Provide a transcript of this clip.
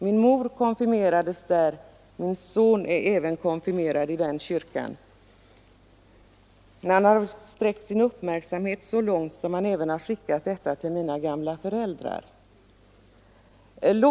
Min mor konfirmerades där, och även min son är konfirmerad i den kyrkan. Brevet har sänts av kontraktsprosten där, som sträckt sin uppmärksamhet så långt att han även skickat brevet till mina gamla föräldrar. Herr talman!